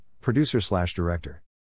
producer-slash-director